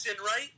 right